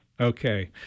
Okay